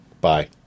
Bye